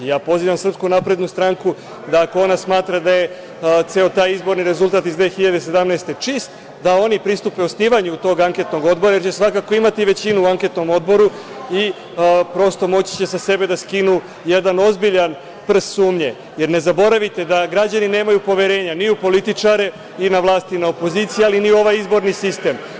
Pozivam SNS da ako ona smatra da je ceo taj izborni rezultat iz 2017. godine čist da oni pristupe osnivanju tog anketnog odbora, jer će svakako imati većinu u anketnom odboru i prosto moći će sa sebe da skinu jedan ozbiljan prst sumnje, jer ne zaboravite da građani nemaju poverenja ni u političare, i na vlast i na opoziciju, ali ni ovaj izborni sistem.